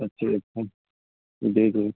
اچھا ایک سم دے دو